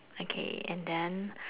okay and then